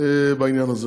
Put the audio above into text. בעניין הזה.